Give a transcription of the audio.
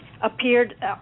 appeared